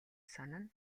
санана